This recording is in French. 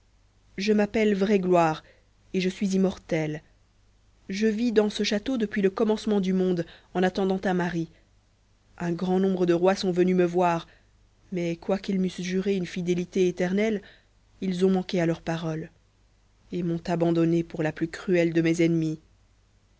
je m'appelle vraie gloire et je suis immortelle je vis dans ce château depuis le commencement du monde en attendant un mari un grand nombre de rois sont venus me voir mais quoiqu'ils m'eussent juré une fidélité éternelle ils ont manqué à leur parole et m'ont abandonnée pour la plus cruelle de mes ennemies